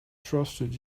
trusted